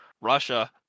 Russia